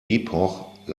epoch